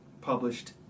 published